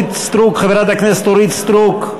חברת הכנסת אורית סטרוק,